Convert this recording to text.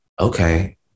okay